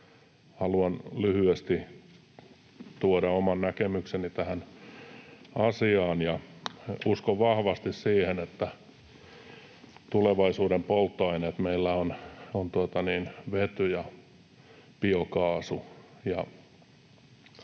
haluan lyhyesti tuoda oman näkemykseni tähän asiaan. Uskon vahvasti siihen, että tulevaisuuden polttoaineet meillä on vety ja biokaasu.